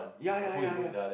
ya ya ya ya